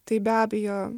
tai be abejo